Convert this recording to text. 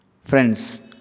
Friends